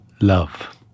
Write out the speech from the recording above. love